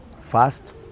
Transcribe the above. fast